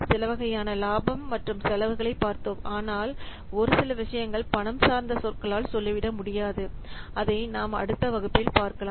சிலவகையான இலாபம் மற்றும் செலவுகளை பார்த்தோம் ஆனால் ஒரு சில விஷயங்கள் பணம் சார்ந்த சொற்களால் சொல்லிவிடமுடியாது அதை நாம் அடுத்த வகுப்பில் பார்க்கலாம்